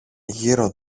γύρω